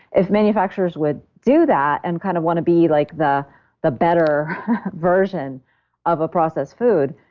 if manufacturers would do that and kind of want to be like the the better version of a processed food,